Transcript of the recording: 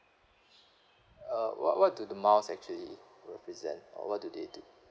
uh what what do the miles actually represent uh what do they do